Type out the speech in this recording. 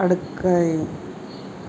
படுக்கை